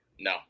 No